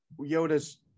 Yoda's